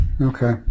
okay